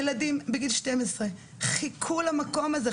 ילדים בגיל 12 חיכו למקום הזה,